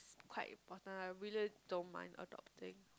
quite important ah really don't mind adopting